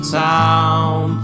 town